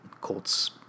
Colts